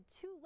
two